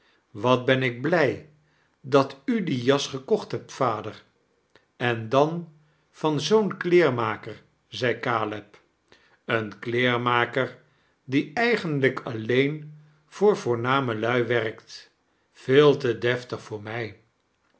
wat ben ik blij dat u die jas gekocht hebt vader en dan van zoo'n kleermakerl zei caleb eejn kleermakeir die eigenlijk alleen voor voorname lui werkt veel te deftig voot mij